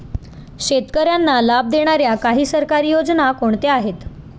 शेतकऱ्यांना लाभ देणाऱ्या काही सरकारी योजना कोणत्या आहेत?